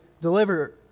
deliver